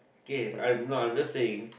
K I'm not I'm just saying